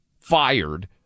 fired